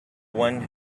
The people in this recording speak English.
one